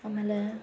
ಆಮೇಲೆ